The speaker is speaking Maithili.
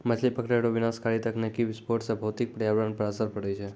मछली पकड़ै रो विनाशकारी तकनीकी विस्फोट से भौतिक परयावरण पर असर पड़ै छै